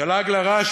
זה לעג לרש,